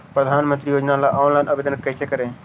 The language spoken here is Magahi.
प्रधानमंत्री योजना ला ऑनलाइन आवेदन कैसे करे?